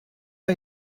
wir